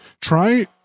try